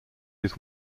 his